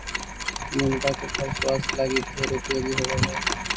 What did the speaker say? मुनगा के फल स्वास्थ्य लागी ढेर उपयोगी होब हई